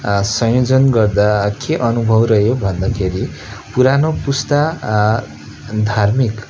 संयोजन गर्दा के अनुभव रह्यो भन्दाखेरि पुरानो पुस्ता धार्मिक